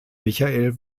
michael